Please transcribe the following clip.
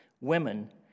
women